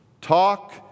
talk